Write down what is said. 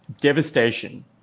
devastation